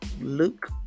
Luke